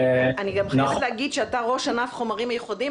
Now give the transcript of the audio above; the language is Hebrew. אני גם חייבת להגיד שאתה ראש ענף חומרים ייחודיים.